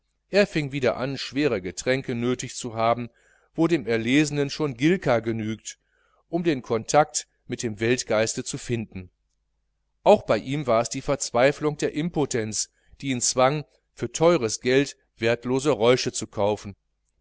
er fing wieder an schwere getränke nötig zu haben wo dem erlesenen schon gilka genügt um den kontakt mit dem weltgeiste zu finden auch bei ihm war es die verzweifelung der impotenz die ihn zwang für teures geld wertlose räusche zu kaufen